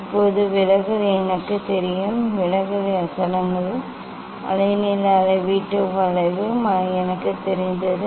இப்போது விலகல் எனக்குத் தெரியும் விலகல் வசனங்கள் அலைநீள அளவீட்டு வளைவு எனக்கு இருந்தது